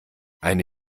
eine